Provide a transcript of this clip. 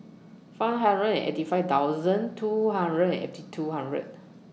five hundred and eighty five thoudand two hundred and eighty two hundred